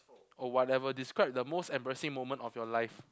or whatever describe the most embarrassing moment of your life